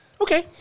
Okay